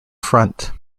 front